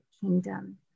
Kingdom